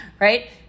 right